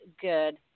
good